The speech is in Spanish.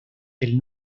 del